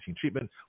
treatment